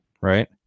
Right